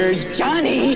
Johnny